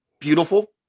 beautiful